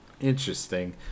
Interesting